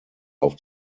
auf